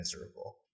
miserable